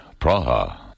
Praha